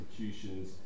institutions